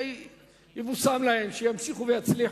שיבושם להן, שימשיכו ויצליחו,